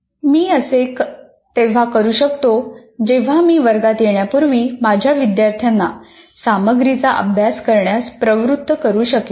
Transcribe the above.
मी असे तेव्हा करू शकतो जेव्हा मी वर्गात येण्यापूर्वी माझ्या विद्यार्थ्यांना सामग्रीचा अभ्यास करण्यास प्रवृत्त करू शकेन